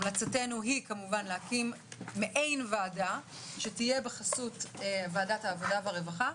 המלצתנו היא להקים מעין ועדה שתהיה בחסות ועדת העבודה והרווחה,